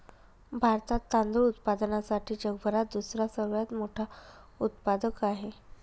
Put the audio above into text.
भारतात तांदूळ उत्पादनासाठी जगभरात दुसरा सगळ्यात मोठा उत्पादक आहे